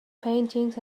paintings